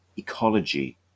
ecology